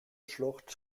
schlucht